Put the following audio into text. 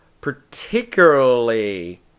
particularly